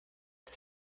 the